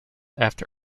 after